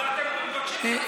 תן לנו בחירה, מה?